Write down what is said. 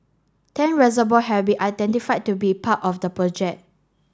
ten reservoir have been identified to be part of the project